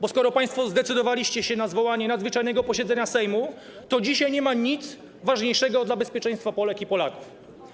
Bo skoro zdecydowaliście się państwo na zwołanie nadzwyczajnego posiedzenia Sejmu, to dzisiaj nie ma nic ważniejszego dla bezpieczeństwa Polek i Polaków.